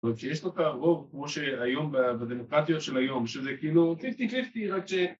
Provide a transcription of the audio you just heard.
‫זאת אומרת שיש לו את הרוב כמו שהיום ‫בדמוקרטיות של היום, ‫שזה כאילו 50-50 רק ש...